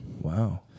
Wow